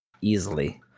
easily